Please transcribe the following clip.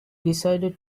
decided